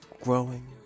growing